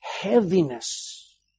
heaviness